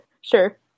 Sure